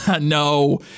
no